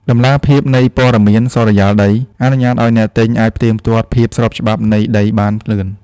តម្លាភាពនៃព័ត៌មានសុរិយោដី អនុញ្ញាតឱ្យអ្នកទិញអាចផ្ទៀងផ្ទាត់ភាពស្របច្បាប់នៃដីបានលឿន។